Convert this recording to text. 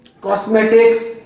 cosmetics